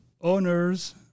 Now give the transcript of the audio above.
owners